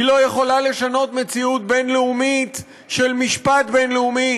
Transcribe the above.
היא לא יכולה לשנות מציאות בין-לאומית של משפט בין-לאומי